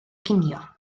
ginio